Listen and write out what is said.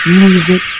Music